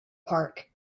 park